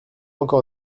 encore